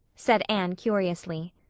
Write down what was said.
said anne curiously.